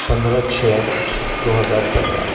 پندرہ چھ دو ہزار پندرہ